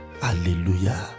hallelujah